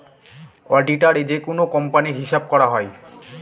অডিটারে যেকোনো কোম্পানির হিসাব করা হয়